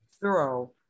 thorough